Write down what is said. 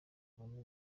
kuvoma